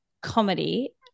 comedy